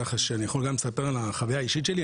ככה שאני יכול לספר על החוויה האישית שלי.